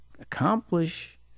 accomplish